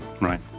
Right